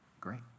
great